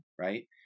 right